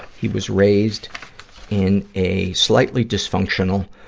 he was raised in a slightly dysfunctional,